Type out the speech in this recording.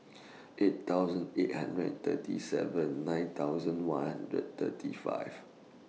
eight thousand eight hundred and thirty seven nine thousand one hundred thirty five